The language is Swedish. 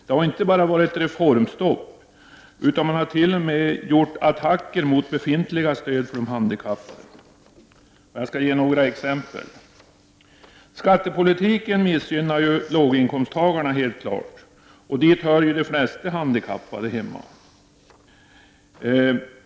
Det har inte bara varit reformstopp, utan man har t.o.m. gjort attacker mot befintliga stöd till de handikappade. Jag skall ge några exempel. Skattepolitiken missgynnar ju låginkomsttagarna — det är helt klart — och där hör de flesta handikappade hemma.